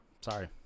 Sorry